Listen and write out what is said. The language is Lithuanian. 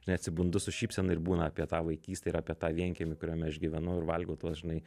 žinai atsibundu su šypsena ir būna apie tą vaikystę ir apie tą vienkiemį kuriame aš gyvenau ir valgiau tuos žinai